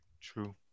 True